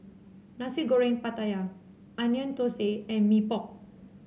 Nasi Goreng Pattaya Onion Thosai and Mee Pok